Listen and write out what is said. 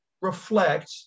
reflect